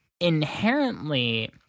inherently